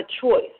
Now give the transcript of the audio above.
choice